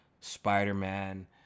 Spider-Man